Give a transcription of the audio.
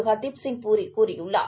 ஹர்தீப் சிங் பூரி கூறியுள்ளார்